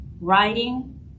writing